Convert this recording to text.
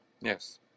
Yes